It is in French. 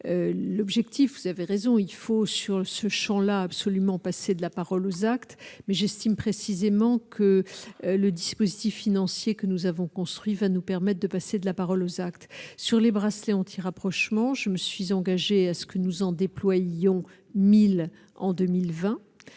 l'objectif, vous avez raison il faut sur ce Champ-là absolument passer de la parole aux actes, mais j'estime précisément que le dispositif financier que nous avons construit va nous permettent de passer de la parole aux actes sur les bracelet antirapprochement je me suis engagé à ce que nous en déployant 1000 en 2020